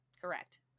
Correct